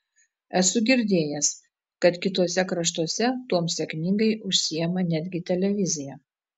esu girdėjęs kad kituose kraštuose tuom sėkmingai užsiima netgi televizija